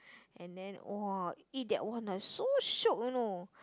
and then !woah! eat that one ah so shiok you know